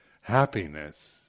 happiness